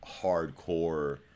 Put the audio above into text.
hardcore